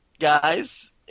guys